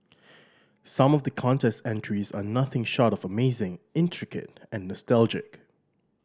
some of the contest entries are nothing short of amazing intricate and nostalgic